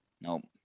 Nope